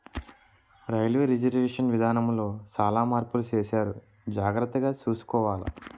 railway reservation విధానములో సాలా మార్పులు సేసారు జాగర్తగ సూసుకోవాల